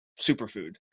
superfood